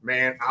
Man